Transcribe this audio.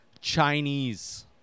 Chinese